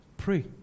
Pray